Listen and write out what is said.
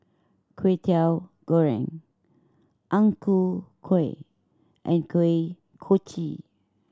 Kwetiau Goreng Ang Ku Kueh and Kuih Kochi